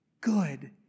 good